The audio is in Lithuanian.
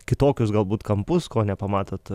kitokius galbūt kampus ko nepamatot